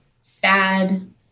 sad